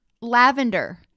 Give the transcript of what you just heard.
lavender